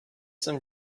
some